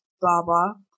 Baba